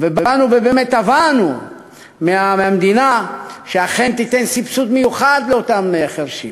ובאנו ובאמת תבענו מהמדינה שאכן תיתן סבסוד מיוחד לאותם חירשים.